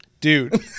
Dude